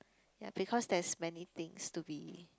ya because there's many things to be